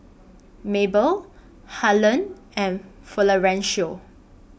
Mabel Harland and Florencio